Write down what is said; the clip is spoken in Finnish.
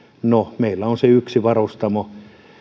no meillä on se yksi varustamo